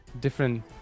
different